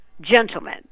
gentlemen